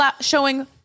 showing